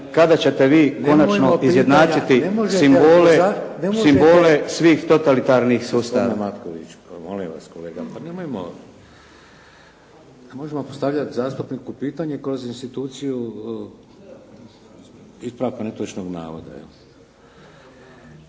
Kada ćete vi konačno izjednačiti simbole svih totalitarnih sustava.